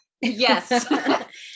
Yes